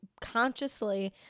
consciously